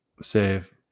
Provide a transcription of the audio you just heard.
Save